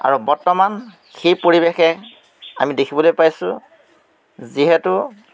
আৰু বৰ্তমান সেই পৰিৱেশে আমি দেখিবলৈ পাইছোঁ যিহেতু